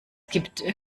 gibt